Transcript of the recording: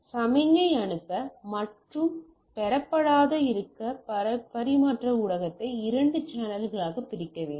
சமிக்ஞை அனுப்ப மற்றும் பெறப்பட்டதாக இருக்க பரிமாற்ற ஊடகத்தை இரண்டு சேனல்களாக பிரிக்க வேண்டும்